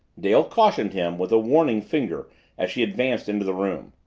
dale cautioned him with a warning finger as he advanced into the room.